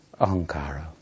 Ankara